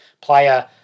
player